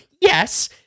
Yes